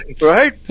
right